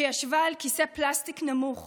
שישבה על כיסא פלסטיק נמוך